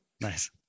nice